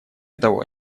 того